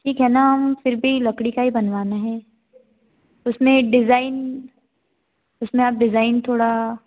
ठीक है ना फिर भी लकड़ी का ही बनवाना है उसमें डिज़ाइन उसमें आप डिज़ाइन थोड़ा